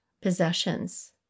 possessions